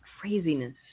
Craziness